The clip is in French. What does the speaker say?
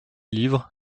livres